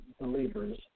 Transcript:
believers